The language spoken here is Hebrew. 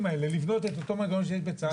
האלה לבנות את אותו מנגנון שיש בצה"ל.